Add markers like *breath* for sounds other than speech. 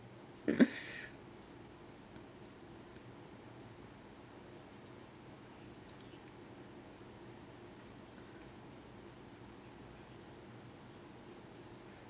*breath*